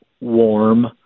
warm